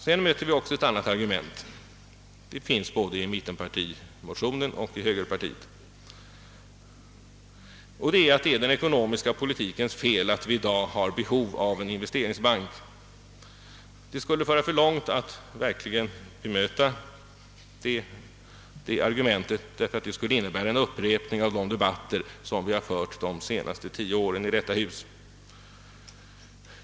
Sedan möter vi också både i mittenpartimotionen och hos högerpartiet det argumentet att det är den ekonomiska politikens fel att man i dag har behov av en investeringsbank. Det skulle föra för långt att verkligen bemöta det argumentet; det skulle innebära en upprepning av de debatter som förts under de senaste tio åren i detta hus.